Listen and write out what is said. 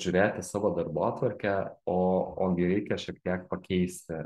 žiūrėt į savo darbotvarkę o ogi reikia šiek tiek pakeisti